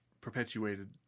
perpetuated